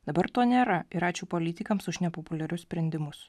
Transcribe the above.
dabar to nėra ir ačiū politikams už nepopuliarius sprendimus